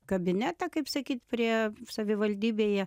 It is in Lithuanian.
kabinetą kaip sakyt prie savivaldybėje